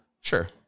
Sure